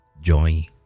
joy